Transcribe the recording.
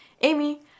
Amy